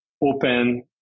open